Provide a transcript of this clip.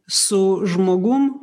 su žmogum